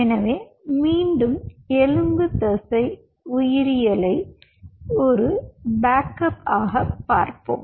எனவே மீண்டும் எலும்பு தசை உயிரியலை ஒரு பேக்அப் ஆக பார்ப்போம்